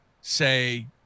say